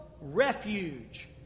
refuge